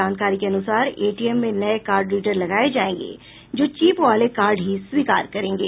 जानकारी के अनुसार एटीएम में नये कार्ड रीडर लगाये जायेंगे जो चीप वाले कार्ड ही स्वीकार करेंगे